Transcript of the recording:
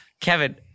Kevin